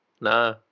No